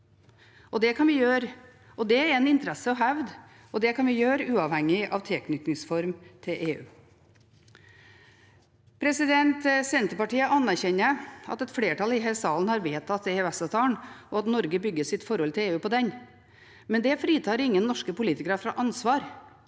hevde en interesse, og det kan vi gjøre uavhengig av tilknytningsform til EU. Senterpartiet anerkjenner at et flertall i denne salen har vedtatt EØS-avtalen, og at Norge bygger sitt forhold til EU på den, men det fritar ingen norske politikere fra ansvar.